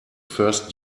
first